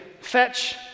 fetch